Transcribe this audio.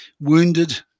wounded